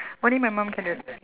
only my mum can do it